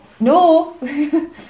No